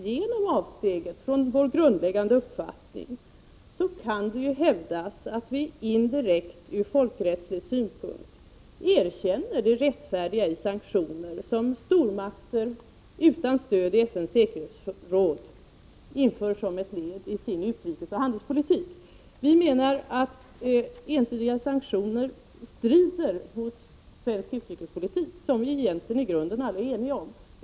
Genom avsteget från vår grundläggande uppfattning kan det hävdas att vi indirekt, ur folkrättslig synpunkt, erkänner det rättfärdiga i sanktioner som stormakter utan stöd i FN:s säkerhetsråd inför som ett led i sin utrikesoch handelspolitk. Vi menar att ensidiga sanktioner strider mot svensk utrikespolitik, som vi alla i grunden egentligen är eniga om.